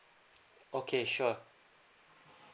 okay sure